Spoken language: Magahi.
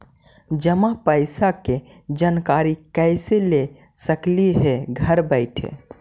जमा पैसे के जानकारी कैसे ले सकली हे घर बैठे?